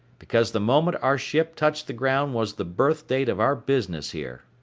because the moment our ship touched the ground was the birth date of our business here.